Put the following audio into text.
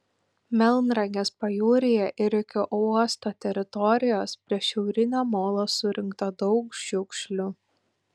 melnragės pajūryje ir iki uosto teritorijos prie šiaurinio molo surinkta daug šiukšlių